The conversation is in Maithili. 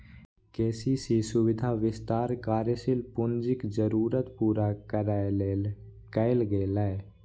के.सी.सी सुविधाक विस्तार कार्यशील पूंजीक जरूरत पूरा करै लेल कैल गेलै